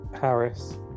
Harris